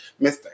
Mr